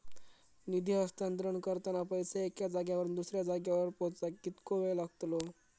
निधी हस्तांतरण करताना पैसे एक्या जाग्यावरून दुसऱ्या जाग्यार पोचाक कितको वेळ लागतलो?